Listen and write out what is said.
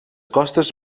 costes